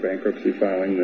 bankruptcy filing